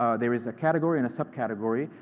ah there is a category and a subcategory.